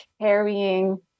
carrying